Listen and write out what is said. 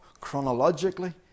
chronologically